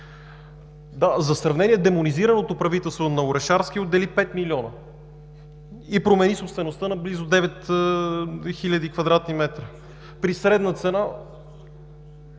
За сравнение: демонизираното правителство на Орешарски отдели пет милиона и промени собствеността на близо девет хиляди квадратни метра при средна цена…